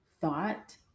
thought